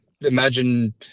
imagine